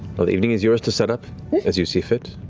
well, the evening is yours to set up as you see fit,